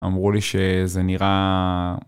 אמרו לי שזה נראה...